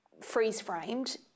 freeze-framed